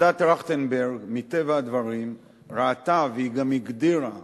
ועדת-טרכטנברג, מטבע הדברים, ראתה והיא גם הגדירה